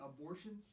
abortions